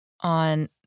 on